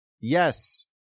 yes